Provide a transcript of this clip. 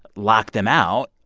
lock them out,